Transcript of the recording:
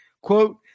quote